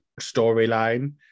storyline